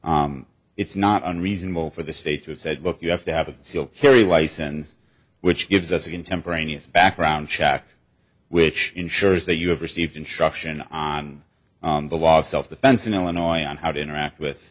weapons it's not unreasonable for the state to have said look you have to have a seal carry license which gives us a contemporaneous background check which ensures that you have received instruction on the law self defense in illinois on how to interact with